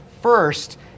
first